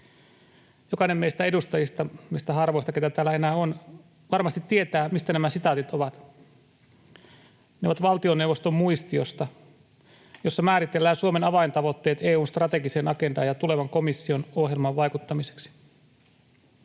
Jokainen meistä edustajista, meistä harvoista, keitä täällä enää on, varmasti tietää, mistä nämä sitaatit ovat. Ne ovat valtioneuvoston muistiosta, jossa määritellään Suomen avaintavoitteet EU:n strategiseen agendaan ja tulevan komission ohjelmaan vaikuttamiseksi.